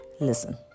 listen